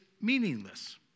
meaningless